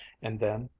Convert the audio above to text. and then,